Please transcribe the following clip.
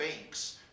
banks